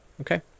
Okay